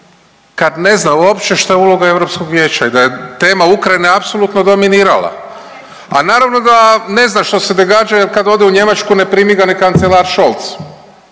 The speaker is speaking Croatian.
kad ne zna uopće što je uloga EV-a i da je tema Ukrajine apsolutno dominirala, a naravno da ne zna šta se događa jer kad ode u Njemačku, ne primi ga ni kancelar Scholz.